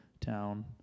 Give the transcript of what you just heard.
town